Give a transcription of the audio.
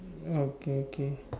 okay okay